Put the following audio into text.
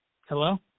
Hello